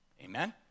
Amen